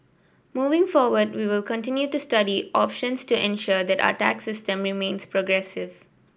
moving forward we will continue to study options to ensure that our tax system remains progressive